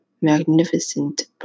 magnificent